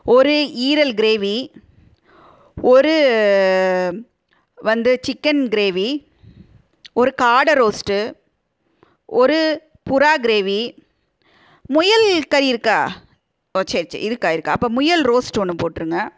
ஒரு ஈரல் க்ரேவி ஒரு வந்து சிக்கன் க்ரேவி ஒரு காடை ரோஸ்ட்டு ஒரு புறா க்ரேவி முயல் கறி இருக்கா ஒ சரி சரி இருக்கா இருக்கா அப்போ முயல் ரோஸ்ட்டு ஒன்று போட்ருங்கள்